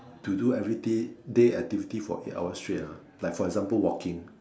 to do everyday day activitiy for eight hours straight ah like for example walking